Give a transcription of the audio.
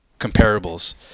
comparables